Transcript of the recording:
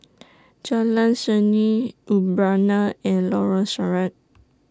Jalan Seni Urbana and Lorong Sarhad